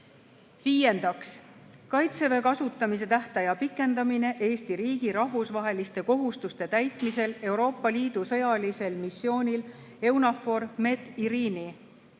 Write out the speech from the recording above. Viiendaks, "Kaitseväe kasutamise tähtaja pikendamine Eesti riigi rahvusvaheliste kohustuste täitmisel Euroopa Liidu sõjalisel missioonil Eunafor MED IRINI".